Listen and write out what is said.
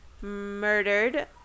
murdered